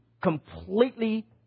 completely